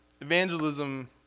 evangelism